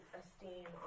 esteem